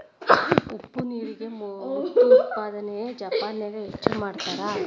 ಉಪ್ಪ ನೇರಿನ ಮುತ್ತು ಉತ್ಪಾದನೆನ ಜಪಾನದಾಗ ಹೆಚ್ಚ ಮಾಡತಾರ